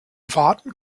warten